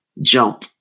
Jump